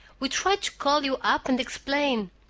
we tried to call you up and explain.